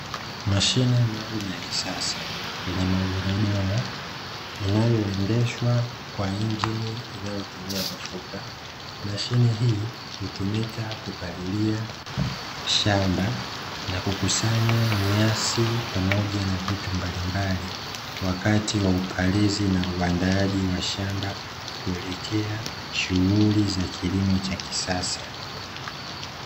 Mashine maalumu ya kisasa yenye magurudumu inayoendeshwa kwa injini inayotumia mafuta. Mashine hii hutumika kupalilia shamba na kukusanya nyasi pamoja na vitu mbalimbali, wakati wa upalizi na uandaaji wa shamba kuelekea shughuli za kilimo cha kisasa.